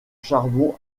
charbon